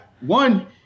one